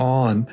on